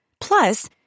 Plus